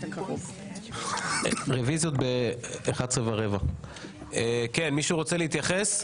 2023. הרוויזיות בשעה 11:15. מישהו רוצה להתייחס?